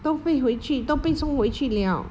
都会回去都被送回去了